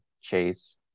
Chase